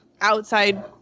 outside